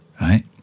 right